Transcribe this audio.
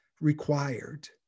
required